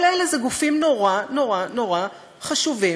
כל אלה הם גופים נורא נורא נורא חשובים,